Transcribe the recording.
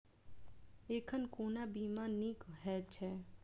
एखन कोना बीमा नीक हएत छै?